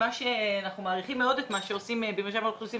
אנחנו מעריכים מאוד את מה שעושים במרשם האוכלוסין,